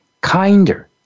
kinder